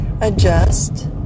adjust